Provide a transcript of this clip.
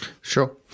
Sure